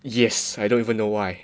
yes I don't even know why